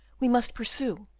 we must pursue,